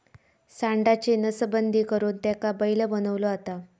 सांडाची नसबंदी करुन त्याका बैल बनवलो जाता